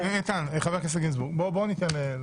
חבר הכנסת גינזבורג, בואו ניתן לו לסיים.